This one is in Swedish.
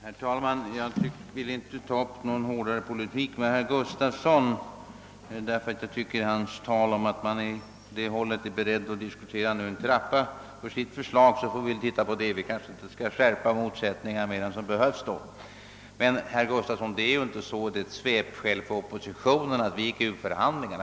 Herr talman! Jag vill inte ta upp någon hårdare polemik med herr Gustafsson i Uddevalla, eftersom han talade om att man på hans håll nu skulle vara beredd att diskutera en trapplösning på grundval av sitt förslag. Vi får väl först undersöka vad detta innebär utan att skärpa motsättningarna mer än nödvändigt. Men, herr Gustafsson, det är inte så att det var ett svepskäl för oppositionen för att avbryta förhandlingarna.